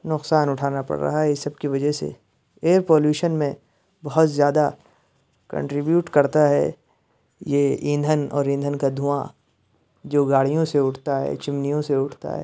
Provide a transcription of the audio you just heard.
نقصان اُٹھانا پڑ رہا ہے اِس سب کہ وجہ سے یہ پالوشن میں بہت زیادہ کنٹریبیوٹ کرتا ہے یہ ایندھن اور ایندھن کا دھواں جو گاڑیوں سے اُٹھتا ہے چمنیوں سے اُٹھتا ہے